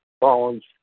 phones